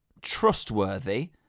trustworthy